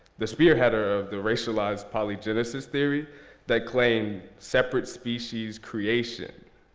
the spearheader of the racialized poly genesis theory that claim separate species creation,